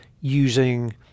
using